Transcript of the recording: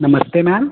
नमस्ते मैम